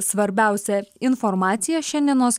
svarbiausią informaciją šiandienos